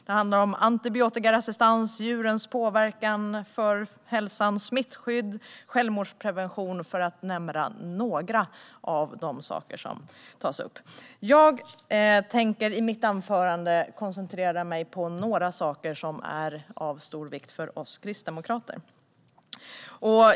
Det handlar om antibiotikaresistens, djurens påverkan på hälsan, smittskydd och självmordsprevention, för att nämna några av de saker som tas upp. Jag tänker i mitt anförande koncentrera mig på några saker som är av stor vikt för oss kristdemokrater.